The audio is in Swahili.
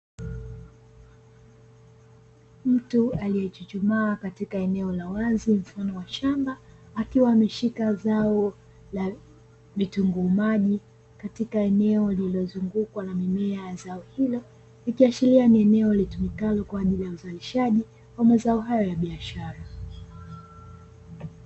Mtu aliyechuchumaa katika eneo la wazi mfano wa shamba, akiwa ameshika zao la vitunguu maji katika eneo lilozungukwa na mimea zao hilo ikiashiria ni eneo litumikalo kwa ajili ya uzalishaji wa mazao hayo ya biashara.